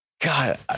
God